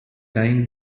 dying